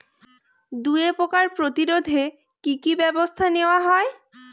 দুয়ে পোকার প্রতিরোধে কি কি ব্যাবস্থা নেওয়া হয়?